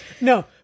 No